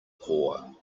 poor